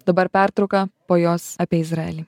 dabar pertrauka po jos apie izraelį